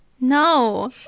No